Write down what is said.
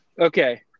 Okay